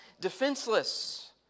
defenseless